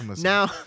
now